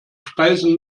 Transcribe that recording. speisen